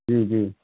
جی جی